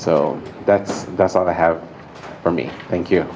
so that's that's all i have for me thank you